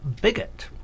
bigot